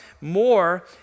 more